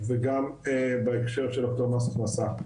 וגם בהקשר של הפטור ממס הכנסה.